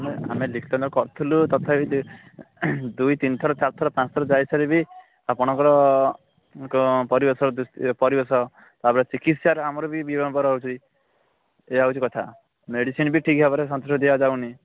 ଆମେ ଆମେ କରିଥିଲୁ ତଥାପି ସିଏ ଦୁଇ ତିନି ଥର ଚାରି ଥର ପାଞ୍ଚ ଥର ଯାଇସାରି ବି ଆପଣଙ୍କର ଙ୍କ ପରିବେଶ ଦୂ ପରିବେଶ ତା'ପରେ ଚିକିତ୍ସାରେ ଆମର ବି ବିଳମ୍ବ ରହୁଛି ଏଇଆ ହେଉଛି କଥା ମେଡ଼ିସିନ୍ ବି ଠିକ୍ ଭାବରେ ସଞ୍ଚିତ ଦିଆ ଯାଉନି